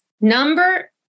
number